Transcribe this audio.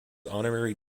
honorary